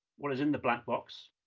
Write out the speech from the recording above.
what is in the black box,